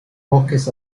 bosques